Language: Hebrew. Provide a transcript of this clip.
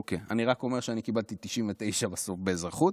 אוקיי, אני רק אומר שאני קיבלתי 99 בסוף באזרחות.